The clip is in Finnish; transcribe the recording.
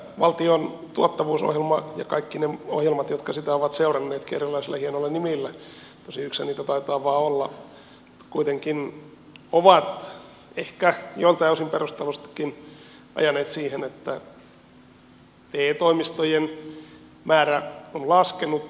valtion tuottavuusohjelma ja kaikki ne ohjelmat jotka sitä ovat seuranneetkin erilaisilla hienoilla nimillä tosin yksihän niitä taitaa vain olla mutta kuitenkin ovat ehkä joiltain osin perustellustikin ajaneet siihen että te toimistojen määrä on laskenut